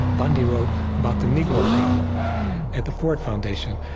bundy wrote about the negro problem at the ford foundation,